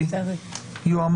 חבר